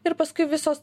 ir paskui visos